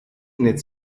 nel